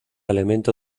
elemento